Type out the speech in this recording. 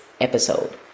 episode